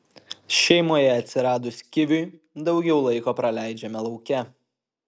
šeimoje atsiradus kiviui daugiau laiko praleidžiame lauke